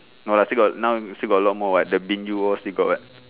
no lah still got now still got a lot more [what] the bin yoo all still got [what]